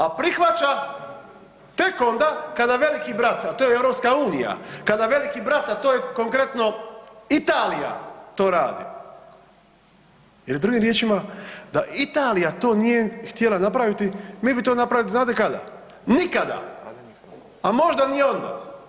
A prihvaća tek onda kada veliki brat, a to je EU, kada veliki brat, a to je konkretno Italija to radi ili drugim riječima da Italija to nije htjela napraviti mi bi to napravili, znate kada, nikada, a možda ni onda.